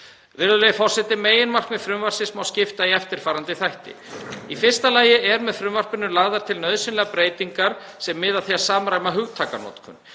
Virðulegi forseti. Meginefni frumvarpsins má skipta í eftirfarandi þætti: Í fyrsta lagi eru með frumvarpinu lagðar til nauðsynlegar breytingar sem miða að því að samræma hugtakanotkun.